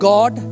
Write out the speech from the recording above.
God